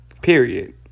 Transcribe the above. Period